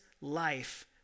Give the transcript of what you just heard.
life